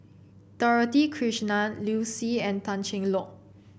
Dorothy Krishnan Liu Si and Tan Cheng Lock